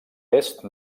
est